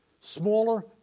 smaller